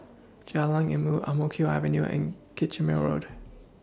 Jalan Ilmu Ang Mo Kio Avenue and Kitchener Road